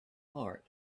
heart